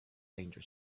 danger